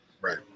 Right